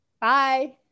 Bye